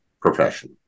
profession